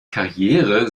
karriere